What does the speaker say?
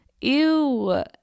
Ew